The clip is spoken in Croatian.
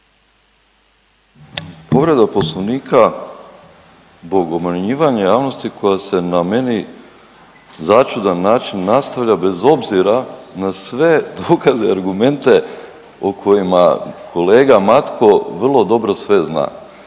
Povreda poslovnika zbog obmanjivanja javnosti koja se na meni začudan način nastavlja bez obzira na sve dokaze i argumente o kojima kolega Matko vrlo dobro sve zna.